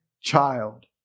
child